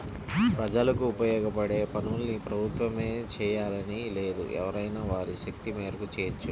ప్రజలకు ఉపయోగపడే పనుల్ని ప్రభుత్వమే జెయ్యాలని లేదు ఎవరైనా వారి శక్తి మేరకు చెయ్యొచ్చు